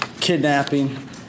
kidnapping